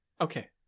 okay